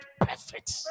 perfect